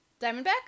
Diamondback